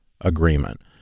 agreement